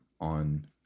on